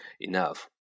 enough